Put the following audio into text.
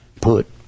put